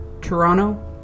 Toronto